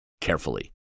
carefully